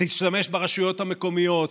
תשתמש ברשויות המקומיות,